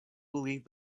believed